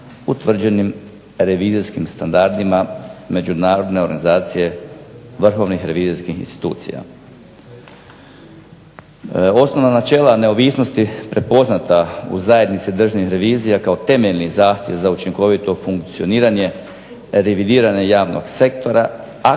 utvrđenim revizijskim standardima Međunarodne organizacije vrhovnih revizijskih institucija. Osnovna načela neovisnosti prepoznata u zajednici državnih revizija kao temeljni zahtjev za učinkovito funkcioniranje revidiranje javnog sektora,